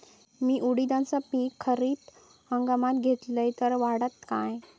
मी उडीदाचा पीक खरीप हंगामात घेतलय तर वाढात काय?